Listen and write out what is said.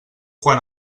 quan